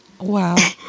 Wow